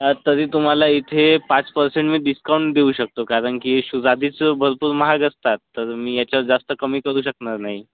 तरी तुम्हाला इथे पाच पर्सेंट मी डिस्काउंट देऊ शकतो कारण की हे शूज आधीच भरपूर महाग असतात तर मी याच्यावर जास्त कमी करू शकणार नाही